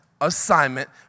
assignment